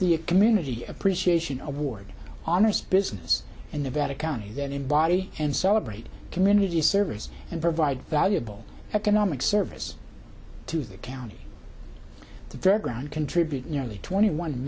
it community appreciation award honors business and nevada county then in body and celebrate community service and provide valuable economic service to the county the very ground contribute nearly twenty one